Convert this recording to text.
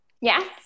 Yes